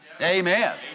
Amen